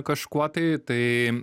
kažkuo tai tai